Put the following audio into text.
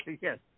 Yes